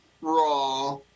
Raw